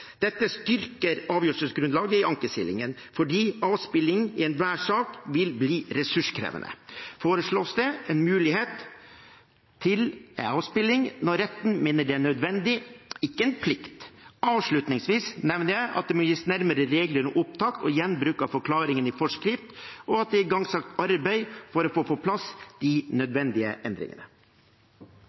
Dette styrker avgjørelsesgrunnlaget i ankesilingen. Fordi avspilling i enhver sak vil bli ressurskrevende, foreslås det en mulighet til avspilling når retten mener det er nødvendig – ikke en plikt. Avslutningsvis nevner jeg at det må gis nærmere regler om opptak og gjenbruk av forklaringer i forskrift, og at det er igangsatt et arbeid for å få på plass de nødvendige endringene.